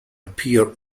appear